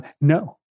no